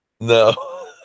No